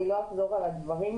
לא אחזור על הדברים,